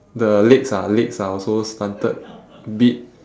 the legs are legs are also slanted bit